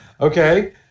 Okay